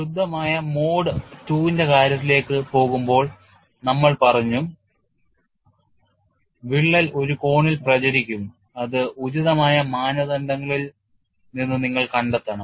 ശുദ്ധമായ mode II ന്റെ കാര്യത്തിലേക്ക് പോകുമ്പോൾ നമ്മൾ പറഞ്ഞു വിള്ളൽ ഒരു കോണിൽ പ്രചരിക്കും അത് ഉചിതമായ മാനദണ്ഡങ്ങളിൽ നിന്ന് നിങ്ങൾ കണ്ടെത്തണം